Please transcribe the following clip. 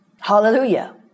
Hallelujah